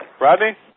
Rodney